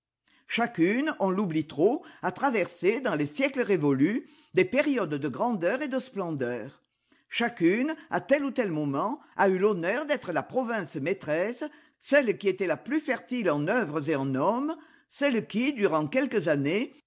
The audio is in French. chacune on l'oublie trop a traversé dans les siècles révolus des périodes de grandeur et de splendeur chacune à tel ou tel moment a eu l'honneur d'être la province maîtresse celle qui était le plus fertile en œuvres et en hommes celle qui durant quelques années